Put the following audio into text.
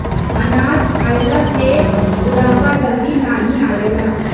अनार खइला से बुढ़ापा जल्दी नाही आवेला